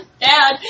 Dad